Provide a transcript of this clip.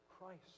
Christ